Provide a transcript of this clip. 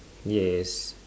yes